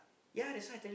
ya that's why like that